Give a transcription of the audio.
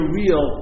real